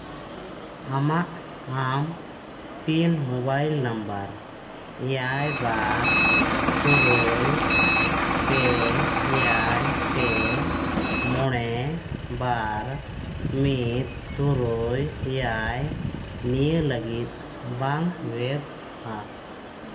ᱟᱢᱟᱜ ᱟᱢ PIN mobile number ᱮᱭᱟᱭ ᱵᱟᱨ ᱛᱩᱨᱩᱭ ᱯᱮ ᱮᱭᱟᱭ ᱯᱮ ᱢᱚᱬᱮ ᱵᱟᱨ ᱢᱤᱫ ᱛᱩᱨᱩᱭ ᱮᱭᱟᱭ ᱱᱤᱭᱟᱹ ᱞᱟᱹᱜᱤᱫ ᱵᱟᱝ ᱵᱮᱫᱼᱟ